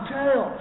tell